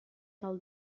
del